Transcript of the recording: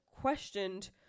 questioned